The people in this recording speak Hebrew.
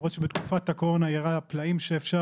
למרות שבתקופת הקורונה זה ירד פלאים ואפשר